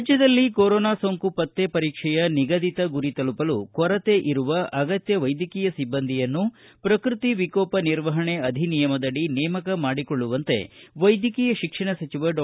ರಾಜ್ವದಲ್ಲಿ ಕೊರೋನಾ ಸೋಂಕು ಪತ್ತೆ ಪರೀಕ್ಷೆಯ ನಿಗದಿತ ಗುರಿ ತಲುಪಲು ಕೊರತೆ ಇರುವ ಅಗತ್ಯ ವೈದ್ಯಕೀಯ ಸಿಬ್ಬಂದಿಯನ್ನು ಶ್ರಕೃತಿ ವಿಕೋಪ ನಿರ್ವಹಣೆ ಅಧಿನಿಯಮದಡಿ ನೇಮಕ ಮಾಡಿಕೊಳ್ಳುವಂತೆ ವೈದ್ಯಕೀಯ ಶಿಕ್ಷಣ ಸಚಿವ ಡಾ